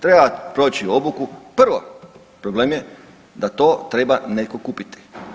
Treba proći obuku, prvo, problem je da to treba netko kupiti.